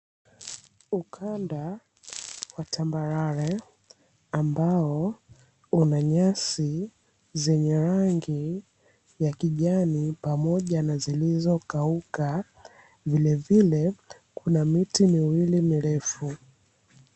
Ukanda wa tambarare ambao una nyasi zenye rangi ya kijani pamoja na zilizokauka. Vilevile kuna miti miwili mirefu.